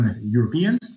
Europeans